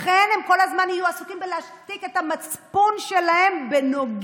לכן הם כל הזמן יהיו עסוקים בלהשתיק את המצפון שלהם בנוגע